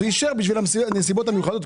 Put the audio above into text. והוא אישר בשביל הנסיבות המיוחדות.